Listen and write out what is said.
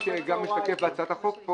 כפי שגם משתקף בהצעת החוק פה